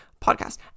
Podcast